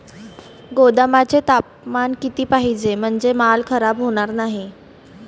गोदामाचे तापमान किती पाहिजे? म्हणजे माल खराब होणार नाही?